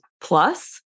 plus